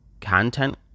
Content